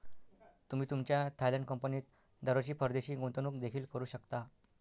तुम्ही तुमच्या थायलंड कंपनीत दरवर्षी परदेशी गुंतवणूक देखील करू शकता